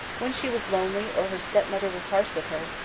when she was lonely or her stepmother was harsh with her,